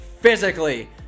physically